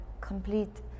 complete